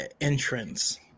entrance